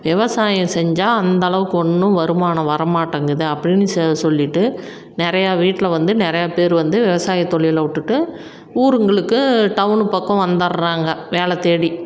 விவசாயம் செஞ்சால் அந்த அளவுக்கு ஒன்றும் வருமானம் வரமாட்டேங்குது அப்படின்னு செ சொல்லிட்டு நிறையா வீட்டில வந்து நிறையா பேர் வந்து விவசாய தொழிலை விட்டுட்டு ஊருங்களுக்கு டவுனு பக்கம் வந்துர்றாங்க வேலை தேடி